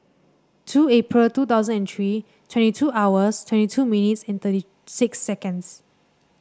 two April two thousand and three twenty two hours twenty two minutes and thirty six seconds